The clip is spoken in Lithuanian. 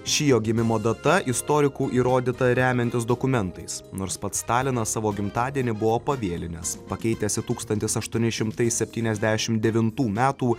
ši jo gimimo data istorikų įrodyta remiantis dokumentais nors pats stalinas savo gimtadienį buvo pavėlinęs pakeitęs į tūkstantis aštuoni šimtai septyniasdešim devintų metų